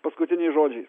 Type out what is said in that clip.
paskutiniais žodžiais